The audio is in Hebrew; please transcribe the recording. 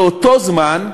באותו זמן,